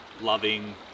loving